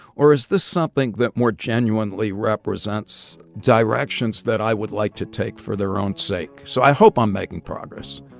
or is this something that more genuinely represents directions that i would like to take for their own sake? so i hope i'm making progress